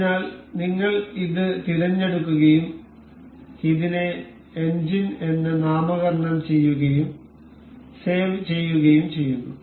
അതിനാൽ നിങ്ങൾ ഇത് തിരഞ്ഞെടുക്കുകയും ഇതിനെ എഞ്ചിൻ എന്ന് നാമകരണം ചെയ്യുകയും സേവ് ചെയ്യുകയും ചെയ്യുന്നു